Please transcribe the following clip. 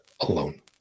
alone